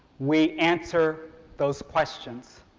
we answer those questions.